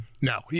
No